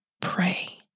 pray